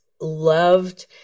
loved